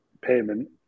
payment